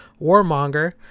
warmonger